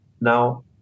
Now